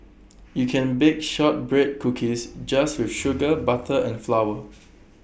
you can bake Shortbread Cookies just with sugar butter and flour